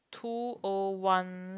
two O one